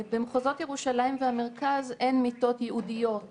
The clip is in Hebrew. במחוזות ירושלים והמרכז אין מיטות ייעודיות לקטינים.